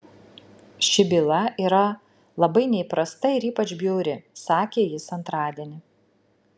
ši byla yra labai neįprasta ir ypač bjauri sakė jis antradienį